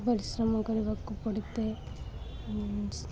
ପରିଶ୍ରମ କରିବାକୁ ପଡ଼ିିଥାଏ